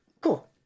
Cool